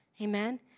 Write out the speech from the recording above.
Amen